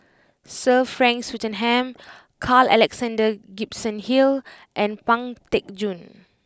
Sir Frank Swettenham Carl Alexander Gibson Hill and Pang Teck Joon